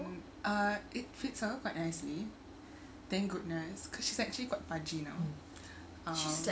ah it fits out quite nicely thank goodness cause she's actually quite pudgy now um